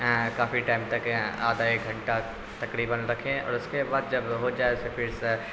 کافی time تک آدھا ایک گھنٹہ تقریباً رکھیں اور اس کے بعد جب ہو جائے تو پھر سے